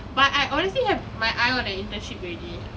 but I honestly have my eye on the internship already